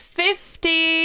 fifty